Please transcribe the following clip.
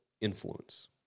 influence